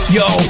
yo